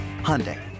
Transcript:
Hyundai